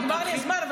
נגמר לי הזמן.